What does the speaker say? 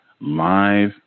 live